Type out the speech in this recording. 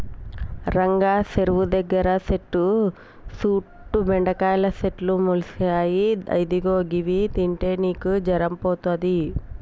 రంగా సెరువు దగ్గర సెట్టు సుట్టు బెండకాయల సెట్లు మొలిసాయి ఇదిగో గివి తింటే నీకు జరం పోతది